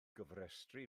gofrestru